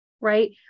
Right